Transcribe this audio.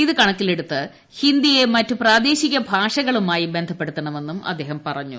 ഇത് കണക്കിലെടുത്ത് ഹിന്ദിയെ മറ്റു പ്രാദേശിക ഭാഷകളുമായി ബന്ധപ്പെടുത്തണമെന്നും അദ്ദേഹം പറഞ്ഞു